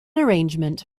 arrangement